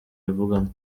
ivugamo